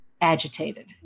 agitated